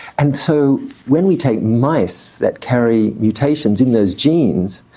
and so when we take mice that carry mutations in those genes,